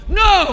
no